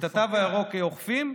את התו הירוק אוכפים.